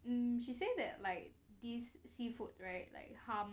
um she say that like this seafood right like hum